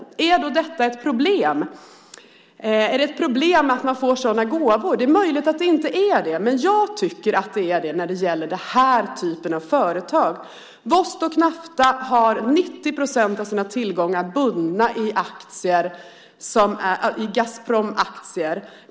Är då detta ett problem? Är det ett problem att man får sådana gåvor? Det är möjligt att det inte är det. Men jag tycker att det är det när det gäller denna typ av företag. Vostok Nafta har 90 % av sina tillgångar bundna i Gazpromaktier.